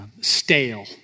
stale